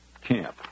camp